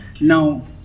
Now